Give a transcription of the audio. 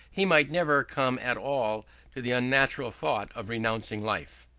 he might never come at all to the unnatural thought of renouncing life.